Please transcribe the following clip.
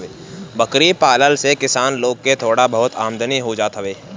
बकरी पालला से किसान लोग के थोड़ा बहुत आमदनी हो जात हवे